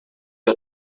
der